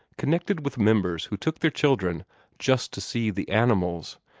connected with members who took their children just to see the animals,